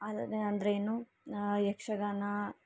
ಅಂದ್ರೇನು ಯಕ್ಷಗಾನ